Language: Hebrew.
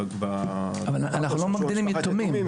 אבל אנחנו לא מגדירים יתומים.